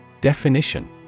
Definition